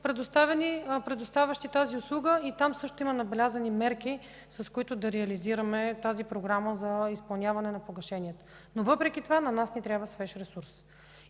предоставящи тази услуга. Там също има набелязани мерки, с които да реализираме тази програма за изпълняване на погашенията. Въпреки това на нас ни трябва свеж ресурс.